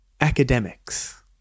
academics